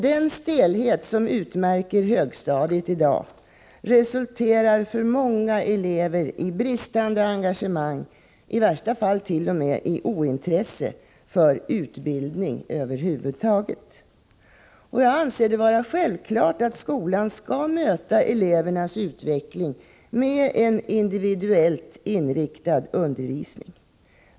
Den stelhet som utmärker högstadiet i dag resulterar hos många elever i bristande engagemang, i värsta fall t.o.m. i ointresse för utbildning över huvud taget. Jag anser det självklart att skolan skall verka för elevernas utveckling med en individuellt inriktad undervisning.